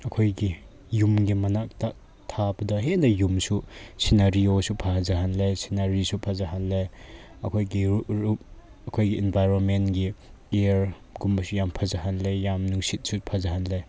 ꯑꯩꯈꯣꯏꯒꯤ ꯌꯨꯝꯒꯤ ꯃꯅꯥꯛꯇ ꯊꯥꯕꯗ ꯍꯦꯟꯅ ꯌꯨꯝꯁꯨ ꯁꯤꯟꯅꯔꯤꯌꯣꯁꯨ ꯐꯖꯍꯜꯂꯦ ꯁꯤꯟꯅꯔꯤꯁꯨ ꯐꯖꯍꯜꯂꯦ ꯑꯩꯈꯣꯏꯒꯤ ꯔꯨꯞ ꯑꯩꯈꯣꯏꯒꯤ ꯏꯟꯚꯥꯏꯔꯣꯟꯃꯦꯟꯒꯤ ꯏꯌꯔꯒꯨꯝꯕꯁꯤ ꯌꯥꯝ ꯐꯖꯍꯜꯂꯦ ꯌꯥꯝ ꯅꯨꯡꯁꯤꯠꯁꯨ ꯐꯖꯍꯜꯂꯦ